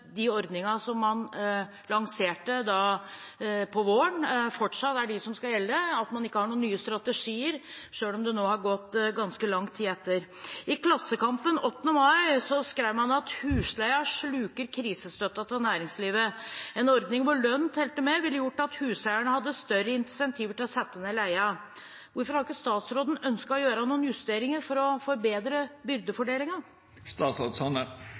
man lanserte i vår, fortsatt er de som skal gjelde, at man ikke har noen nye strategier, selv om det nå har gått ganske lang tid. I Klassekampen 8. mai skrev man: «Husleie sluker krisestøtta til næringslivet.» En ordning der lønn telte med, ville gjort at huseierne hadde større insentiver til å sette ned leia. Hvorfor har ikke statsråden ønsket å gjøre noen justeringer for å forbedre